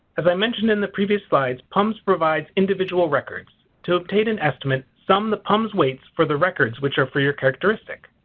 as i mentioned in the previous slides, pums provides individual records. to obtain an estimate sum the pums weights for the records which are for your characteristic.